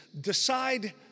decide